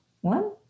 One